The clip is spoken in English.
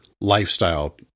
lifestyle